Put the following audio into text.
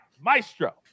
Maestro